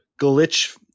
glitch